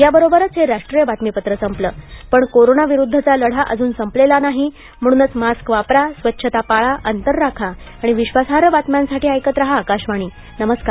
याबरोबरच हे राष्ट्रीय बातमीपत्रसंपलं पण कोरोनाविरुद्धचा लढा अजून संपलेला नाही म्हणूनच मास्क वापरा स्वच्छता पाळा अंतर राखा आणि विश्वासार्ह बातम्यांसाठी ऐकत रहा आकाशवाणी नमस्कार